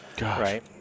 Right